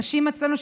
נשים אצלנו,